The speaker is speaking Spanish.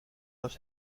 los